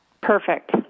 Perfect